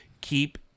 Keep